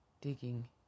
digging